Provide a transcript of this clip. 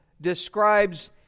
describes